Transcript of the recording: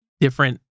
different